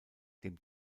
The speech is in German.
dem